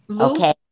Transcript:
okay